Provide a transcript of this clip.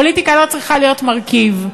הפוליטיקה לא צריכה להיות מרכיב,